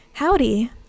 Howdy